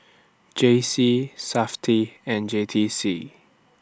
J C Safti and J T C